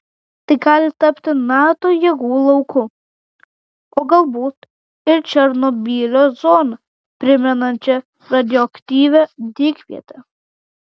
tai gali tapti nato jėgų lauku o galbūt ir černobylio zoną primenančia radioaktyvia dykviete